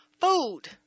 Food